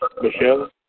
Michelle